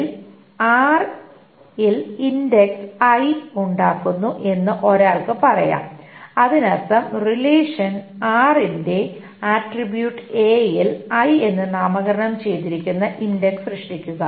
SQL ൽ r ൽ index I ഉണ്ടാക്കുക എന്ന് ഒരാൾക്ക് പറയാം അതിനർത്ഥം റിലേഷൻ r ന്റെ ആട്രിബ്യൂട്ട് a ൽ i എന്ന് നാമകരണം ചെയ്തിരിക്കുന്ന ഇൻഡക്സ് സൃഷ്ടിക്കുക